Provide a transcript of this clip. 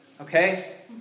okay